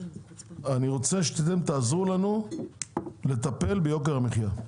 אני רק רוצה שתעזרו לנו לטפל ביוקר המחייה,